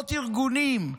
עשרות ארגונים,